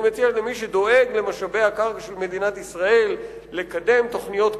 אני מציע למי שדואג למשאבי הקרקע של מדינת ישראל לקדם תוכניות כוללות,